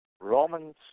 Romans